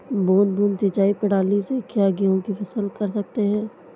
बूंद बूंद सिंचाई प्रणाली से क्या गेहूँ की फसल कर सकते हैं?